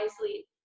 wisely